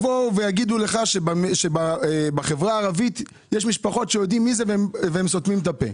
יבואו ויגידו לך שיש משפחות שיודעות מי זה וסותמות את הפה.